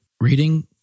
reading